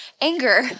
anger